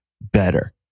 better